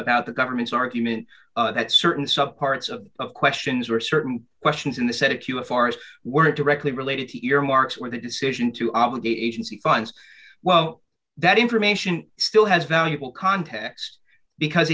about the government's argument that certain sub parts of the questions were certain questions in the senate you a farce were directly related to earmarks where the decision to obligate agency finds well that information still has valuable context because